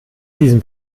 diesem